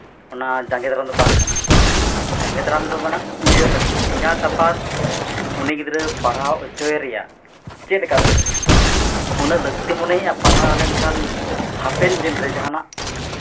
ᱚᱱᱟ ᱡᱟᱸᱜᱮ ᱫᱟᱨᱟᱢ ᱫᱚ ᱵᱟᱝ ᱠᱟᱱᱟ ᱡᱟᱸᱜᱮ ᱫᱟᱨᱟᱢ ᱫᱚ ᱢᱟᱱᱮ ᱩᱭᱦᱟᱹᱨ ᱠᱟᱱᱟ ᱮᱸᱜᱟᱛ ᱟᱯᱟᱛ ᱩᱱᱤ ᱜᱤᱫᱽᱨᱟᱹ ᱯᱟᱲᱦᱟᱣ ᱦᱚᱪᱚᱭᱮ ᱨᱮᱭᱟᱜ ᱪᱮᱫ ᱞᱮᱠᱟᱭ ᱩᱭᱦᱟᱹᱨᱮᱜᱼᱟ ᱦᱟᱸᱜ ᱩᱱᱟᱹᱜ ᱞᱟᱹᱠᱛᱤ ᱢᱚᱱᱮᱭᱮᱜᱼᱟ ᱯᱟᱲᱦᱟᱣ ᱞᱮᱱᱠᱷᱟᱱ ᱦᱟᱯᱮᱱ ᱫᱤᱱ ᱨᱮ ᱡᱟᱦᱟᱱᱟᱜ